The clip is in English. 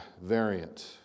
variant